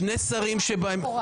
שני שרים --- נאומי בכורה.